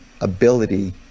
ability